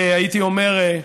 והייתי אומר,